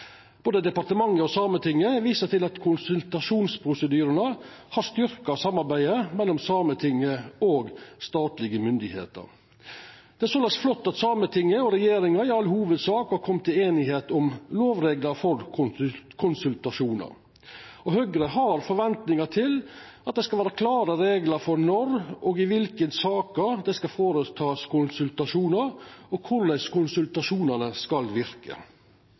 Både departementet og Sametinget viser til at konsultasjonsprosedyrane har styrkt samarbeidet mellom Sametinget og statlege myndigheiter. Det er såleis flott at Sametinget og regjeringa i all hovudsak har kome til einigheit om lovreglar for konsultasjonar. Høgre har forventningar til at det skal vera klare reglar for når og i kva saker ein skal føreta konsultasjonar og korleis konsultasjonane skal verke.